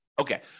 Okay